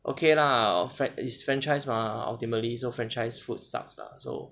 okay lah fran~ is franchise mah ultimately so franchise food sucks lah so